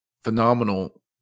phenomenal